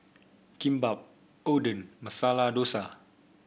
Kimbap Oden Masala Dosa